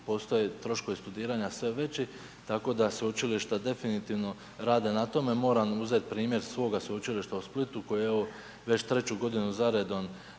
postoje troškovi studiranja sve veći tako da sveučilišta definitivno rade na tome. Moram uzet primjer svoga Sveučilišta u Splitu koje je evo, već 3 g. za redom